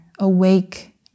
Awake